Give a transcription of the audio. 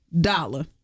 dollar